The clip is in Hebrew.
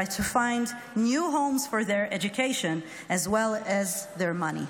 but to find new homes for their education and their money.